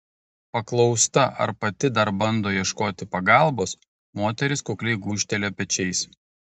paklausta ar pati dar bando ieškoti pagalbos moteris kukliai gūžteli pečiais